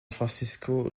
francisco